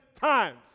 times